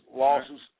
losses